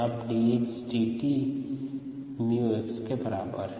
अब dxdt 𝜇 𝑥 के बराबर है